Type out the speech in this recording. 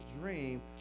dream